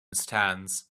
stands